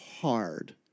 hard